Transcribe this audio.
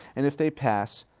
and if they pass,